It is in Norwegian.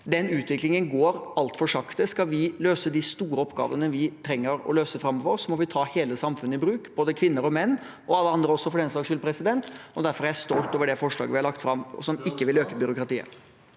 Den utviklingen går altfor sakte. Skal vi løse de store oppgavene vi trenger å løse framover, må vi ta hele samfunnet i bruk – både kvinner og menn, og alle andre for den saks skyld. Derfor er jeg stolt over det forslaget vi har lagt fram, som ikke vil øke byråkratiet.